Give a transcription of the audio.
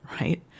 right